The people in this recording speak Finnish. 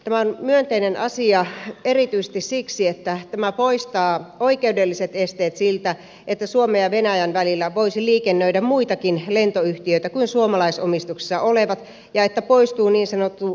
tämä on myönteinen asia erityisesti siksi että tämä poistaa oikeudelliset esteet siltä että suomen ja venäjän välillä voisi liikennöidä muitakin lentoyhtiöitä kuin suomalaisomistuksessa olevia ja poistuu niin sanottu kaupunkiparikonsepti